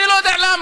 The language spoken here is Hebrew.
אני לא יודע למה,